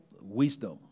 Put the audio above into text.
wisdom